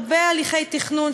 הרבה הליכי תכנון,